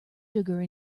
sugar